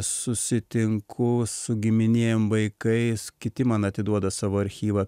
susitinku su giminėm vaikais kiti man atiduoda savo archyvą